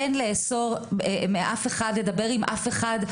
אין לאסור מאף אחד לדבר עם אף אחד.